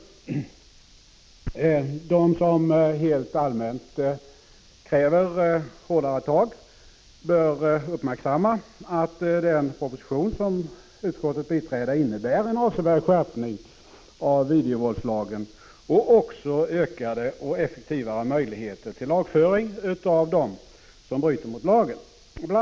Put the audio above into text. De som rent allmänt kräver hårdare tag bör uppmärksamma att den proposition som utskottet biträder innebär en avsevärd skärpning av videovåldslagen och också ökade och effektivare möjligheter till lagföring av dem som bryter mot lagen. Bl.